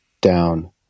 down